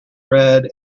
red